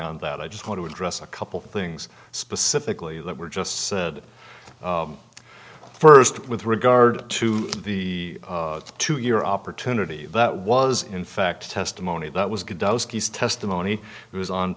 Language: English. on that i just want to address a couple of things specifically that were just said first with regard to the two year opportunity that was in fact testimony that was good testimony it was on